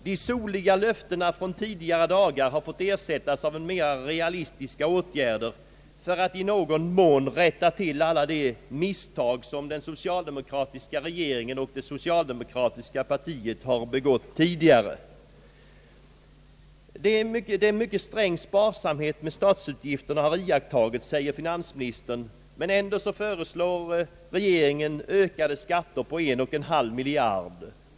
De soliga löftena från tidigare dagar har fått ersättas av mera realistiska åtgärder för att i någon mån rätta till alla de misstag som den socialdemokratiska regeringen och det socialdemokratiska partiet har begått tidigare. En mycket sträng sparsamhet med statsutgifterna har iakttagits, säger finansministern, men ändå föreslår regeringen ökade skatter på en och en halv miljard.